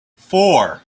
four